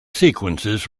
sequences